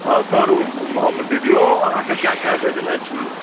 हँ सर ओ हम वीडियोओ अहाँकेँ कए कऽ भेजने छी